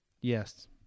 Yes